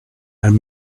and